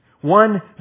One